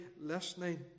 listening